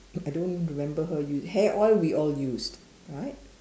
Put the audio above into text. I don't remember her use hair oil we all used right